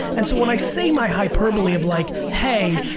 and so when i say my hyperbole of like, hey,